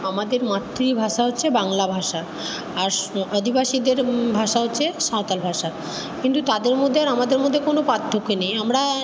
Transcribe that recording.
আমাদের মাতৃভাষা হচ্ছে বাংলা ভাষা আস্ আদিবাসীদের ভাষা হচ্ছে সাঁওতাল ভাষা কিন্তু তাদের মধ্যে আর আমাদের মধ্যে কোনো পার্থক্য নেই আমরা